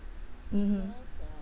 mmhmm